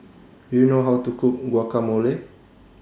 Do YOU know How to Cook Guacamole